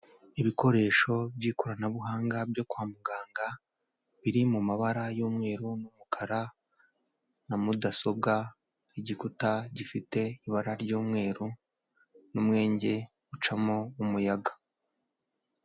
Ibikoresho by'ikoranabuhanga byo kwa muganga biri mu mabara y'umweru n'umukara na mudasobwa, igikuta gifite ibara ry'umweru n'umwenge ucamo umuyaga.